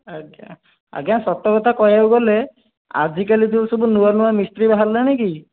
ଆଜ୍ଞା ଆଜ୍ଞା ସତ କଥା କହିବାକୁ ଗଲେ ଆଜିକାଲି ଯେଉଁ ସବୁ ଯେଉଁ ନୂଆ ନୂଆ ମିସ୍ତ୍ରୀ ବାହାରୁ ନାହାନ୍ତି କି